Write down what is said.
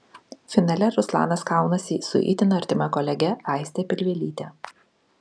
finale ruslanas kaunasi su itin artima kolege aiste pilvelyte